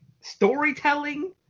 storytelling